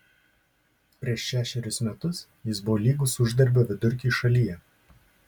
prieš šešerius metus jis buvo lygus uždarbio vidurkiui šalyje